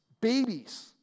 Babies